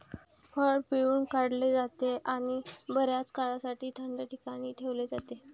फळ पिळून काढले जाते आणि बर्याच काळासाठी थंड ठिकाणी ठेवले जाते